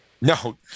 No